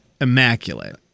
immaculate